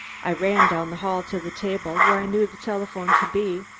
i ran down the hall to the table where i knew the telephone to be,